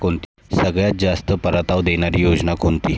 सगळ्यात जास्त परतावा देणारी योजना कोणती?